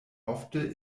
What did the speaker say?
ofte